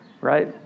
right